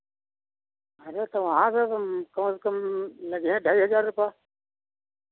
अरे तो वहां से कम से कम लगिहे ढाई हज़ार रुपैया